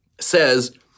says